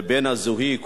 ומצד שני הזיהוי,